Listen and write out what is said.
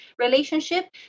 relationship